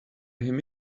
him